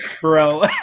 Bro